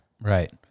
Right